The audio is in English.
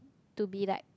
to be like